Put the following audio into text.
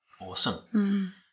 Awesome